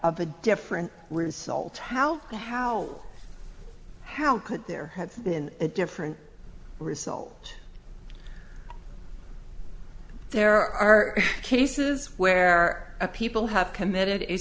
of a different result how and how how could there have been a different result there are cases where people have committed a